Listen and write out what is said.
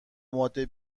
ماده